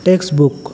text book